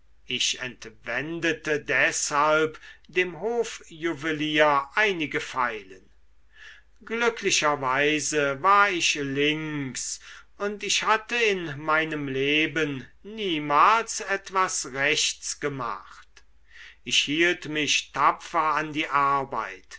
ich entwendete deshalb dem hofjuwelier einige feilen glücklicherweise war ich links und ich hatte in meinem leben niemals etwas rechts gemacht ich hielt mich tapfer an die arbeit